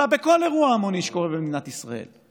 אלא בכל אירוע המוני שקורה במדינת ישראל,